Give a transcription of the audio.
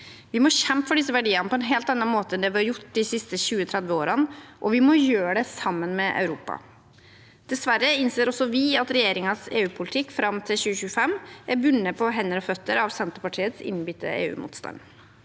Vi må kjempe for disse verdiene på en helt annen måte enn det vi har gjort de siste 20–30 årene, og vi må gjøre det sammen med Europa. Dessverre innser også vi at regjeringens EU-politikk fram til 2025 er bundet på hender og føtter av Senterpartiets innbitte EU-motstand.